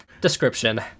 description